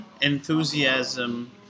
enthusiasm